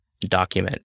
document